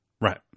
right